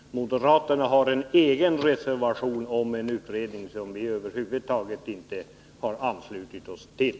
Moderaterna har en egen reservation om en utredning som vi över huvud taget inte har anslutit oss till.